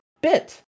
bit